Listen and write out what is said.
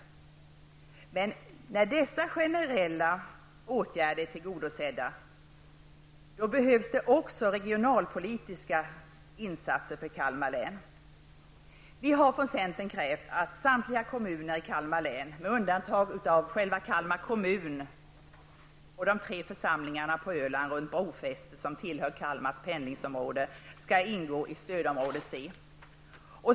När dessa generella krav är tillgodosedda, behövs det även särskilda regionalpolitiska insatser för Vi från centern har krävt att samtliga kommuner i Kalmar län, med undantag av Kalmar kommun och de tre församlingar på Öland runt brofästet som tillhör Kalmars pendlingsområde, skall ingå i stödområde C.